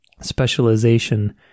specialization